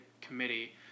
committee